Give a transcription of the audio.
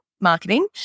marketing